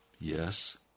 Yes